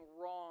wrong